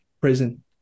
prison